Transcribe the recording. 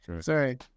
Sorry